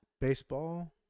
Baseball